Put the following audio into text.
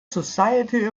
society